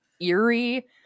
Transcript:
eerie